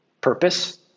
purpose